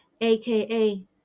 aka